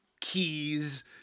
keys